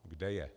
Kde je?